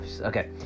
okay